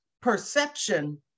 perception